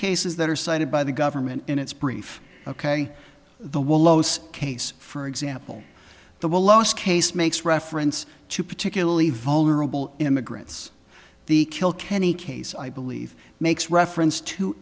cases that are cited by the government in its brief ok the willows case for example the last case makes reference to particularly vulnerable immigrants the kilkenny case i believe makes reference to